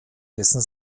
dessen